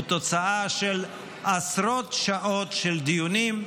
הוא תוצאה של עשרות שעות של דיונים,